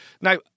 Now